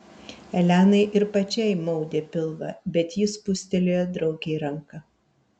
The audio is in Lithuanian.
elenai ir pačiai maudė pilvą bet ji spustelėjo draugei ranką